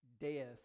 death